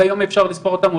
כיום אפשר לספור אותם,